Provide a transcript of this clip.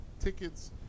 tickets